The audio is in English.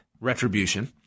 Retribution